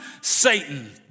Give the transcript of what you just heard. Satan